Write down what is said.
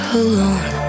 alone